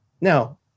Now